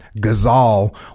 Ghazal